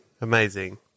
amazing